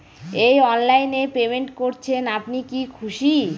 এই অনলাইন এ পেমেন্ট করছেন আপনি কি খুশি?